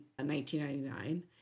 1999